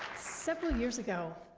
several years ago,